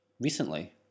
Recently